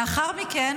לאחר מכן